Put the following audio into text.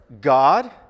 God